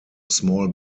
small